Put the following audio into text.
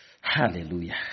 Hallelujah